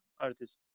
artist